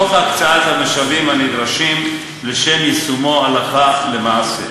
תוך הקצאת המשאבים הנדרשים לישומו הלכה למעשה.